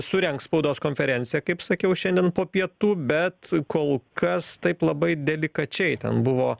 surengs spaudos konferenciją kaip sakiau šiandien po pietų bet kol kas taip labai delikačiai ten buvo